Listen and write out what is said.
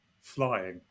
flying